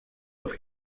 off